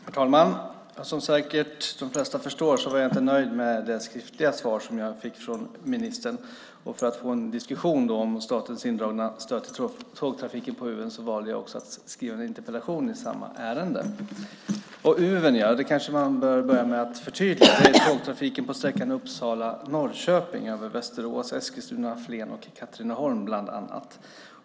Herr talman! Som säkert de flesta förstår var jag inte nöjd med det skriftliga svar som jag fick från ministern. För att få en diskussion om statens indragna stöd till tågtrafiken på Uven valde jag att skriva en interpellation i samma ärende. Uven kanske man ska börja med att förtydliga. Det är tågtrafiken på sträckan Uppsala-Norrköping över Västerås, Eskilstuna, Flen och Katrineholm bland annat.